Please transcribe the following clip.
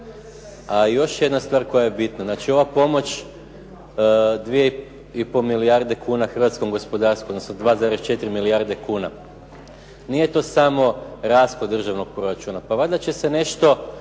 A još jedna stvar koja je bitna. Znači ova pomoć 2,5 milijarde kuna hrvatskom gospodarstvu, odnosno 2,4 milijarde kuna. nije to samo rashod od državnog proračuna. Pa valjda će se nešto